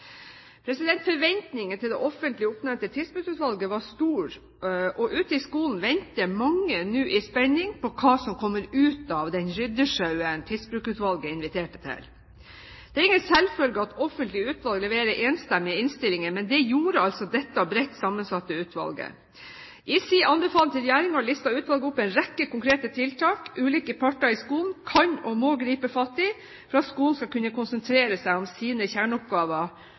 til det offentlig oppnevnte Tidsbrukutvalget var store, og ute i skolen venter mange nå i spenning på hva som kommer ut av den ryddesjauen Tidsbrukutvalget inviterte til. Det er ingen selvfølge at offentlige utvalg leverer enstemmige innstillinger, men det gjorde altså dette bredt sammensatte utvalget. I sin anbefaling til regjeringen listet utvalget opp en rekke konkrete tiltak ulike parter i skolen kan og må gripe fatt i for at skolen skal kunne konsentrere seg om sine kjerneoppgaver: